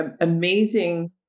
amazing